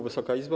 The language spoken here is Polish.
Wysoka Izbo!